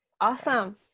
Awesome